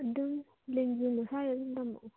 ꯑꯗꯨꯝ ꯂꯦꯡꯖꯨꯝ ꯁ꯭ꯋꯥꯏꯗ ꯊꯝꯃꯛꯑꯣ